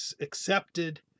accepted